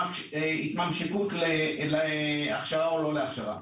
התממשקות להכשרה או לא להכשרה